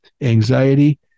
anxiety